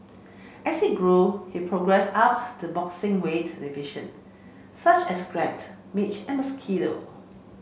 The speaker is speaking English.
as he grew he progressed up the boxing weight division such as gnat midge and mosquito